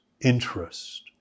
interest